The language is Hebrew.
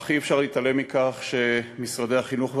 אך אי-אפשר להתעלם מכך שמשרדי החינוך והרווחה,